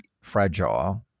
fragile